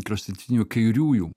kraštutinių kairiųjų